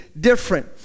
different